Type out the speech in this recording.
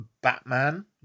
Batman